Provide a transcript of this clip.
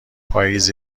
پاییز